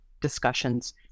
Discussions